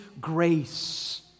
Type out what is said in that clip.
grace